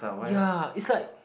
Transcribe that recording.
ya is like